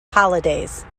holidays